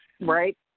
right